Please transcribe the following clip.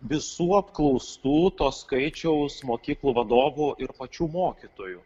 visų apklaustų to skaičiaus mokyklų vadovų ir pačių mokytojų